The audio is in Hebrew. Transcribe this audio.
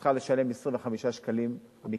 צריכה לשלם 25 שקלים מכספה.